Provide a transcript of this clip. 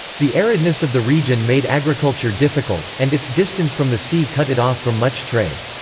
the aridness of the region made agriculture difficult, and its distance from the sea cut it off from much trade.